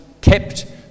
Kept